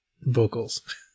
vocals